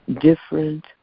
different